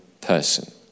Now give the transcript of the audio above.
person